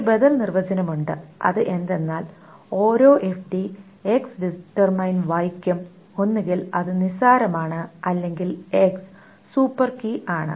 ഒരു ബദൽ നിർവചനം ഉണ്ട് അത് എന്താണെന്നാൽ ഓരോ FD X→Y ക്കും ഒന്നുകിൽ അത് നിസ്സാരമാണ് അല്ലെങ്കിൽ X സൂപ്പർ കീ ആണ്